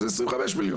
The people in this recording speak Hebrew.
אז 25 מיליון.